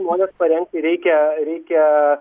žmones parengti reikia reikia